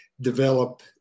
develop